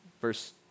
Verse